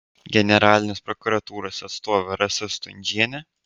generalinės prokuratūros atstovė rasa stundžienė